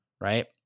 right